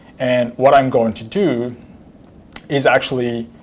and what i'm going to do is actually,